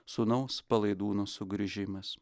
sūnaus palaidūno sugrįžimas